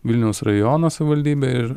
vilniaus rajono savivaldybė ir